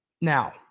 now